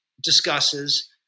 discusses